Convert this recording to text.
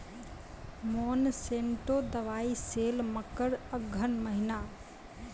Monsanto दवाई sale मकर अघन महीना,